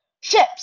ships